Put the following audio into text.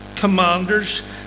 Commanders